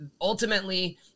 Ultimately